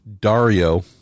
Dario